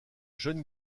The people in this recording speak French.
jeune